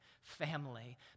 family